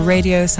Radio